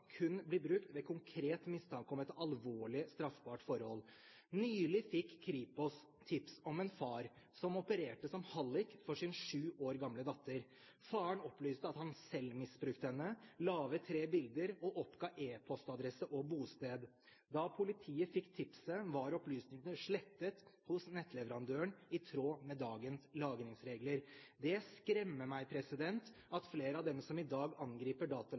kun bli brukt ved konkret mistanke om et alvorlig, straffbart forhold. Nylig fikk Kripos tips om en far som opererte som hallik for sin sju år gamle datter. Faren opplyste om at han selv misbrukte henne, la ved tre bilder og oppga e-postadresse og bosted. Da politiet fikk tipset, var opplysningene slettet hos nettleverandøren, i tråd med dagens lagringsregler. Det skremmer meg at flere av dem som i dag angriper